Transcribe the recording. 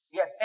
Yes